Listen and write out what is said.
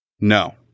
no